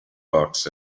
books